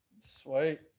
Sweet